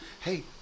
hey